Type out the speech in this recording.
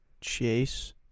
Chase